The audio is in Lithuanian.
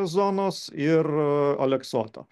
zonos ir aleksoto